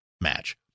match